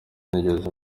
nigeze